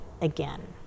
again